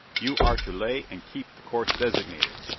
you are to lay and keep the course designated,